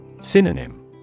Synonym